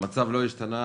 המצב לא השתנה,